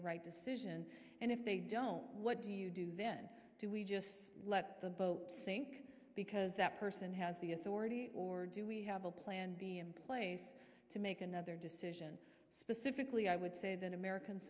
the right decision and if they don't what do you do then do we just let the boat sink because that person has the authority or do we have a plan b in place to make another decision specifically i would say that american